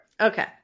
Okay